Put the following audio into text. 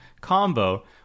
combo